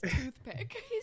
toothpick